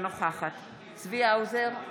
אינה נוכחת צבי האוזר,